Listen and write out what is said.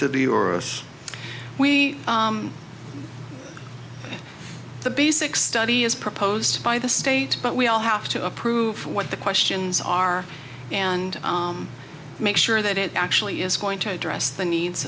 the or we the basic study as proposed by the state but we all have to approve what the questions are and make sure that it actually is going to address the needs